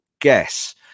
guess